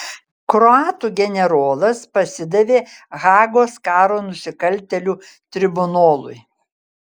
kroatų generolas pasidavė hagos karo nusikaltėlių tribunolui